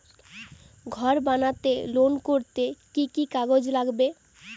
ঘর বানাতে লোন করতে কি কি কাগজ লাগবে?